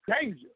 Danger